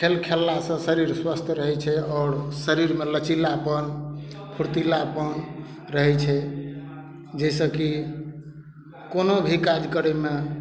खेल खेललासँ शरीर स्वस्थ रहै छै आओर शरीरमे लचीलापन फुर्तीलापन रहै छै जाहिसँ कि कोनो भी काज करैमे